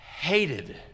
hated